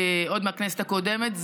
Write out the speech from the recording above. עוד מהכנסת הקודמת.